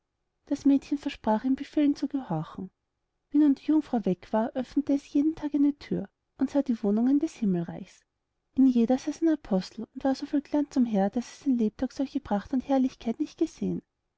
das mädchen versprach ihren befehlen zu gehorchen wie nun die jungfrau weg war öffnete es jeden tag eine thüre und sah die wohnungen des himmelreichs in jeder saß ein apostel und war so viel glanz umher daß es sein lebtag solche pracht und herrlichkeit nicht gesehen